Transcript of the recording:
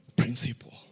principle